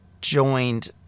joined